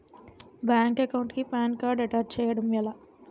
Bank account కి PAN card attach చేయడం ఎలా?